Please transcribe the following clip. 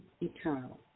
eternal